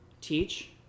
teach